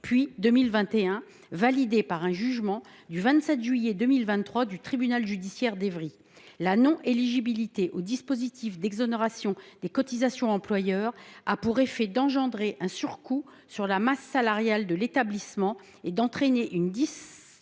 puis en 2021, validées par un jugement du 27 juillet 2023 du tribunal judiciaire d’Évry. La non éligibilité au dispositif d’exonération des cotisations employeur a pour effet de provoquer un surcoût sur la masse salariale de l’établissement et d’entraîner une distorsion